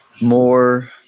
more